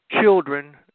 children